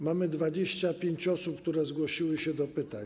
Mamy 25 osób, które zgłosiły się do pytań.